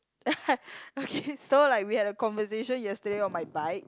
okay so like we had a conversation yesterday on my bike